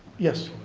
yes?